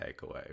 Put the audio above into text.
takeaway